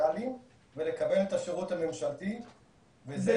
דיגיטליים ולקבל את השירות הממשלתי ובנוסף לקבל את השירות בצורה מאובטחת.